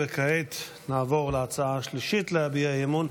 כעת נעבור להצעה השלישית להביע אי-אמון,